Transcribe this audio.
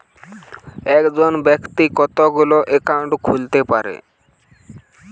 একজন ব্যাক্তি কতগুলো অ্যাকাউন্ট খুলতে পারে?